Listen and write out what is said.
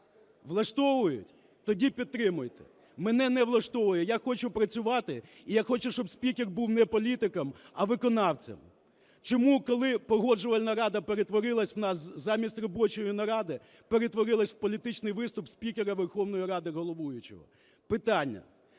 влаштовують? Тоді підтримуйте. Мене не влаштовує, я хочу працювати і я хочу, щоб спікер був не політиком, а виконавцем. Чому, коли Погоджувальна рада перетворилася в нас замість робочої наради, перетворилася в політичний виступ спікера Верховної Ради як головуючого? Питання: